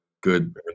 good